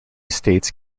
states